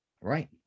right